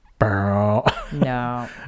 no